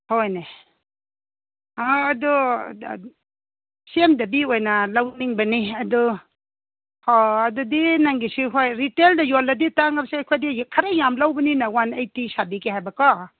ꯍꯣꯏꯅꯦ ꯑꯣ ꯑꯗꯨ ꯁꯦꯝꯗꯕꯤ ꯑꯣꯏꯅ ꯂꯧꯅꯤꯡꯕꯅꯤ ꯑꯗꯨ ꯍꯣ ꯑꯗꯨꯗꯤ ꯅꯪꯒꯤꯁꯤ ꯍꯣꯏ ꯔꯤꯇꯦꯜꯗ ꯌꯣꯜꯂꯗꯤ ꯇꯥꯡꯉꯕꯁꯨ ꯑꯩꯈꯣꯏꯗꯤ ꯈꯔ ꯌꯥꯝ ꯂꯧꯕꯅꯤꯅ ꯋꯥꯟ ꯑꯩꯇꯤ ꯁꯥꯕꯤꯒꯦ ꯍꯥꯏꯕꯀꯣ